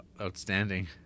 Outstanding